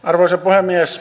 arvoisa puhemies